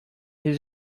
his